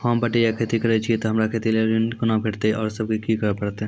होम बटैया खेती करै छियै तऽ हमरा खेती लेल ऋण कुना भेंटते, आर कि सब करें परतै?